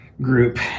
Group